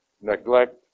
Neglect